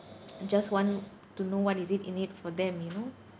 just want to know what is it in it for them you know